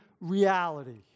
reality